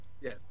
yes